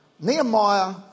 Nehemiah